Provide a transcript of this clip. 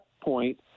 point